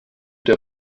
der